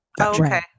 okay